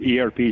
ERP